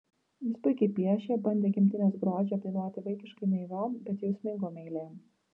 jis puikiai piešė bandė gimtinės grožį apdainuoti vaikiškai naiviom bet jausmingom eilėm